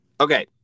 okay